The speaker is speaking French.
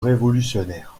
révolutionnaires